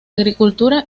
agricultura